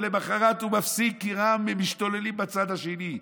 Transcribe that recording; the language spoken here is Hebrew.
ולמוחרת הוא מפסיק כי רע"ם משתוללים בצד השני.